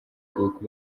facebook